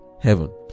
heaven